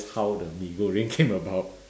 how the mee goreng came about